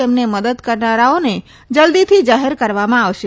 તેમને મદદ કરનારાઓનો જલ્દીથી જાહેર કરવામાં આવશે